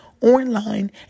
online